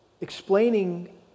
explaining